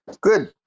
Good